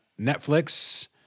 Netflix